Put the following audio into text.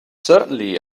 certainly